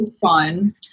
fun